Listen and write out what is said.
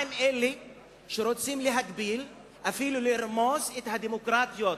מה עם אלה שרוצים להגביל ואפילו לרמוס את הדמוקרטיות,